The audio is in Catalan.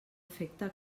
afecta